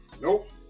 Nope